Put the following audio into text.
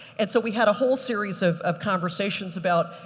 and so we had a whole series of of conversations about,